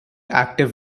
active